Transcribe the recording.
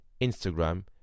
Instagram